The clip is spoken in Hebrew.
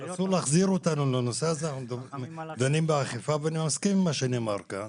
אנחנו דנים באכיפה ואני מסכים עם מה שנאמר כאן